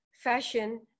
fashion